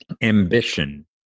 Ambition